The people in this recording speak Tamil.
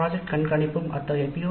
திட்ட கண்காணிப்பு அத்தகைய பி